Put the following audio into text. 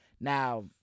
Now